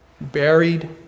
buried